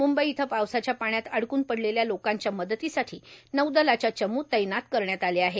मुंबई इथं पावसाच्या पाण्यात अडकून पडलेल्या लोकांच्या मदतीसाठी नौदलाच्या चमू तैनात करण्यात आले आहेत